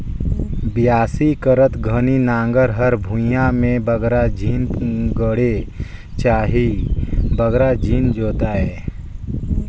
बियासी करत घनी नांगर हर भुईया मे बगरा झिन गड़े चहे बगरा झिन जोताए